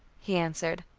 he answered.